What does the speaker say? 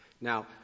Now